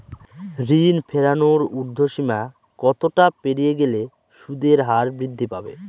ঋণ ফেরানোর উর্ধ্বসীমা কতটা পেরিয়ে গেলে সুদের হার বৃদ্ধি পাবে?